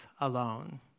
alone